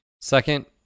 second